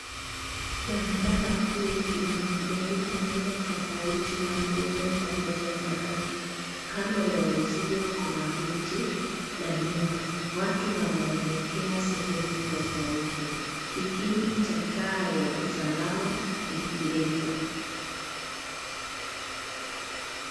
Barabara kuu, ina magari aina tofauti na muundo pamoja na rangi. Kando ya uzio kuna miti, na nyumba. Watu wanaelekea sehemu tofauti. Kikingi cha taa ya usalama, ni kirefu.